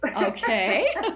Okay